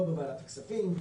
לא בוועדת הכספים,